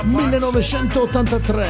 1983